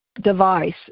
device